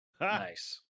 Nice